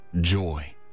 joy